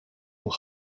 will